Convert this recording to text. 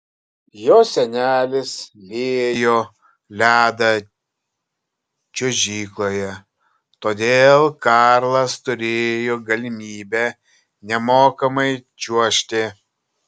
jo senelis liejo ledą čiuožykloje todėl karlas turėjo galimybę nemokamai čiuožti